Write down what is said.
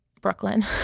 brooklyn